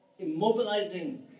immobilizing